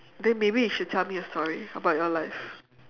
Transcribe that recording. then maybe you should tell me a story about your life